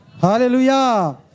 Hallelujah